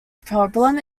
problem